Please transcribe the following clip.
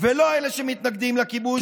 ולא אלה שמתנגדים לכיבוש.